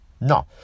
No